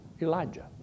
Elijah